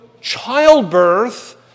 childbirth